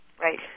Right